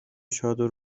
چادر